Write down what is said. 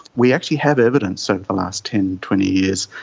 we actually have evidence over the last ten, twenty years,